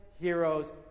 heroes